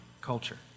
culture